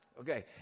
Okay